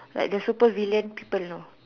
like the supper villain people you know